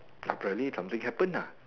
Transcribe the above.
apparently something happen nah